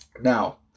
Now